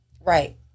Right